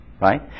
Right